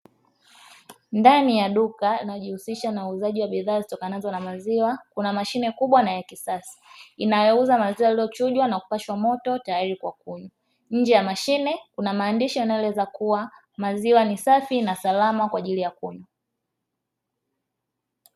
Ndani ya duka linalojihusisha na uuzaji wa bidhaa zitokanazo na maziwa kuna mashine kubwa na ya kisasa inayouza maziwa yaliyochujwa na kupashwa moto tayari kwa kunywa. Nje ya mashine kuna maandishi yanayoeleza kuwa maziwa ni safi na salama kwa ajili ya kunywa.